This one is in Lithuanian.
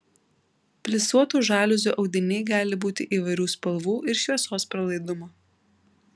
plisuotų žaliuzių audiniai gali būti įvairių spalvų ir šviesos pralaidumo